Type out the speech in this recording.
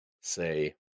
say